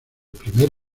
primer